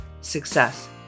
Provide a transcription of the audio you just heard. success